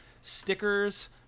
stickers